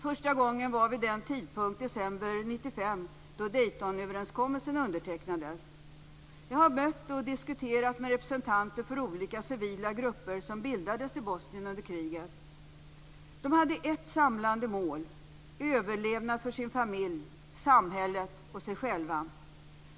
Första gången var vid den tidpunkt, december Jag har mött och diskuterat med representanter för olika civila grupper som bildades i Bosnien under kriget. De hade ett samlande mål, överlevnad för sin familj, samhället och sig själva.